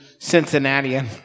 Cincinnatian